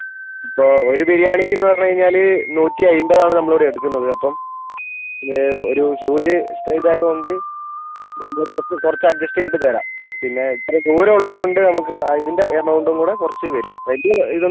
ഇപ്പോൾ ഒരു ബിരിയാണിക്ക് എന്ന് പറഞ്ഞ് കഴിഞ്ഞാല് നൂറ്റി അമ്പതാണ് നമ്മള് ഇവിടെ എടുക്കുന്നത് ഒരു ഹ്യൂജ് സ്റ്റേജ് ആയതുകൊണ്ട് നമ്മള് കുറച്ച് കുറച്ച് അഡ്ജസ്റ്റ് ചെയ്തിട്ട് തരാം പിന്നെ ഇത്രയും ദൂരമുള്ളത് കൊണ്ട് നമുക്ക് അതിൻ്റെ എമൗണ്ട് കൂടെ കുറച്ച് വരും വലിയ ഇതൊന്നും ആകില്ല